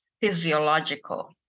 physiological